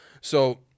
So-